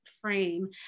frame